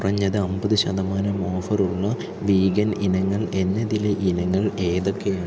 കുറഞ്ഞത് അമ്പത് ശതമാനം ഓഫറുള്ള വീഗൻ ഇനങ്ങൾ എന്നതിലെ ഇനങ്ങൾ ഏതൊക്കെയാണ്